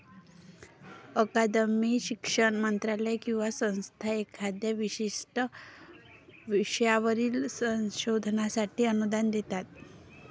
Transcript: अकादमी, शिक्षण मंत्रालय किंवा संस्था एखाद्या विशिष्ट विषयावरील संशोधनासाठी अनुदान देतात